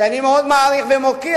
שאני מעריך מאוד ומוקיר,